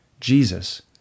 Jesus